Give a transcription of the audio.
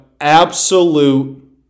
absolute